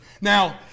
Now